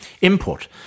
input